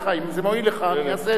אם זה מועיל לך אני אעשה את זה.